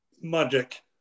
Magic